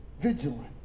vigilant